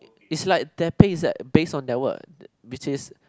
it's like their pay is like based on their what which is